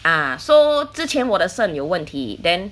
ah so 之前我的肾有问题 then